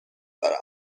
دارم